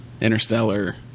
interstellar